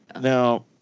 Now